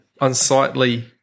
unsightly